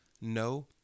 No